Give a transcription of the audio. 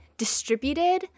Distributed